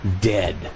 Dead